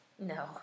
No